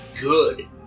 good